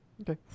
Okay